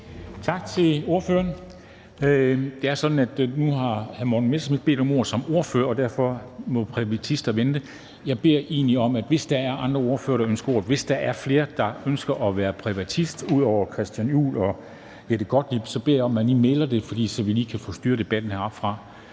Tak til ordføreren. Det er sådan, at nu har hr. Morten Messerschmidt bedt om ordet som ordfører, og derfor må privatister vente. Hvis der er andre ordførere, der ønsker ordet, hvis der er flere, der ønsker ordet som privatist, ud over hr. Christian Juhl og fru Jette Gottlieb, beder jeg om, at man lige melder det, så vi kan styre debatten heroppefra.